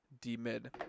D-mid